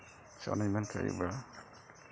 ᱚᱱᱮᱧ ᱢᱮᱱ ᱠᱮᱫ ᱟᱹᱭᱩᱵ ᱵᱮᱲᱟ